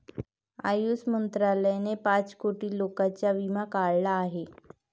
आयुष मंत्रालयाने पाच कोटी लोकांचा विमा काढला आहे